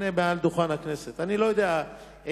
מעל דוכן הכנסת: אני לא יודע,